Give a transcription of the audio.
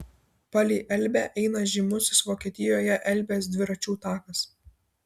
palei elbę eina žymusis vokietijoje elbės dviračių takas